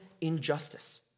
injustice